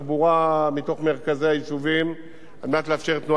מרכזי היישובים על מנת לאפשר תנועה יותר מהירה.